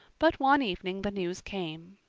but one evening the news came.